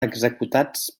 executats